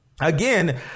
Again